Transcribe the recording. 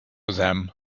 them